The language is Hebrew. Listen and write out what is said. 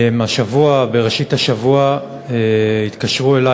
השבוע, בראשית השבוע, התקשרו אלי.